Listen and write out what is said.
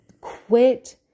Quit